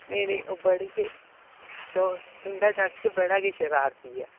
नेईं नेईं ओह् बड़ी गै त तुं'दा जागत बड़ा गै शरारती ऐ